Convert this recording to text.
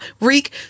reek